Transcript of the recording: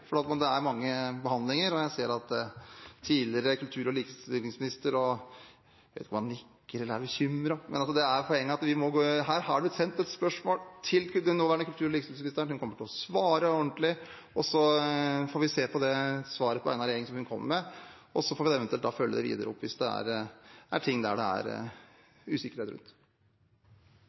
det er mange behandlinger. Jeg ser på tidligere kultur- og likestillingsminister, og jeg vet ikke om han nikker eller er bekymret, men poenget er at her har det blitt sendt et spørsmål til den nåværende kultur- og likestillingsministeren. Hun kommer til å svare ordentlig, så får vi se på det svaret hun kommer med på vegne av regjeringen, og så får vi eventuelt følge det videre opp hvis det er ting det er usikkerhet rundt.